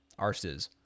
arses